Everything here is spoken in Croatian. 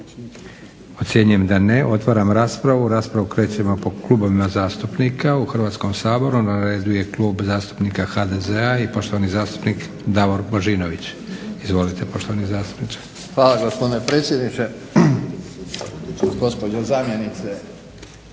Ocjenjujem da ne. Otvaram raspravu. U raspravu krećemo po klubovima zastupnika u Hrvatskom saboru. Na redu je klub zastupnika HDZ-a i poštovani zastupnik Davor Božinović. Izvolite poštovani zastupniče. **Božinović, Davor (HDZ)** Hvala gospodine predsjedniče.